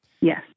Yes